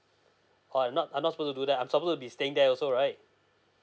oh I'm not I'm not supposed to do that I'm supposed to be staying there also right